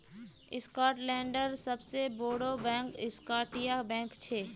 स्कॉटलैंडेर सबसे बोड़ो बैंक स्कॉटिया बैंक छे